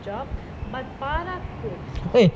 job but para